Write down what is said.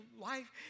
life